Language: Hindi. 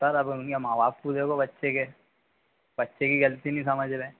सर अब उनके माँ बाप को बच्चे के बच्चे की गलती नहीं समझ रहें